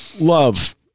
love